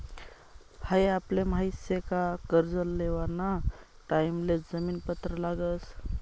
हाई आपले माहित शे का कर्ज लेवाना टाइम ले जामीन पत्र लागस